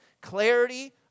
clarity